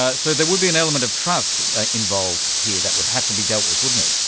ah so there would be an element of trust ah involved here that would have to be dealt with, wouldn't it.